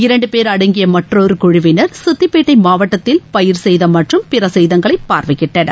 இரண்டு பேர் அடங்கிய மற்றொரு குழுவினர் சித்திபேட்டை மாவட்டத்தில் பயிர் சேதம் மற்றும் பிற சேதங்களை பார்வையிட்டனர்